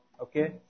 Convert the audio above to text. okay